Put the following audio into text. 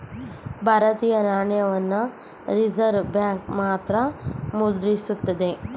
ಭಾರತೀಯ ನಾಣ್ಯಗಳನ್ನ reserve bank ಮಾತ್ರ ಮುದ್ರಿಸುತ್ತದೆ